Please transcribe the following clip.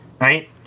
right